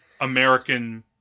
American